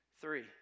Three